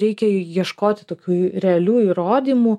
reikia ieškoti tokių realių įrodymų